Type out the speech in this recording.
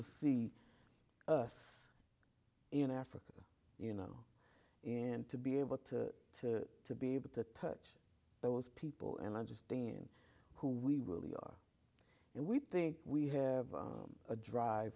to see us in africa you know and to be able to be able to touch those people and understand who we really are and we think we have a drive